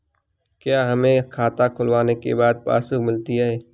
क्या हमें खाता खुलवाने के बाद पासबुक मिलती है?